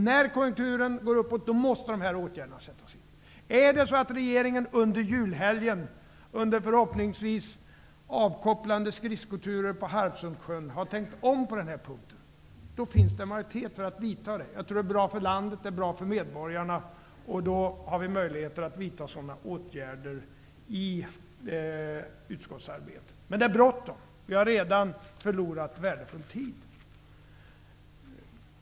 När konjunkturen går uppåt måste dessa åtgärder nämligen vidtas. Är det så att regeringen under julhelgen under förhoppningsvis avkopplande skridskoturer på Harpsundssjön har tänkt om på denna punkt, då finns det majoritet för att vidta åtgärder. Jag tror att det vore bra för landet och för medborgarna. Då skulle det vara möjligt att vidta sådana åtgärder i utskottsarbetet. Men det är bråttom. Vi har redan förlorat värdefull tid.